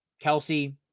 Kelsey